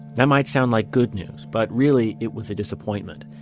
that might sound like good news, but really it was a disappointment,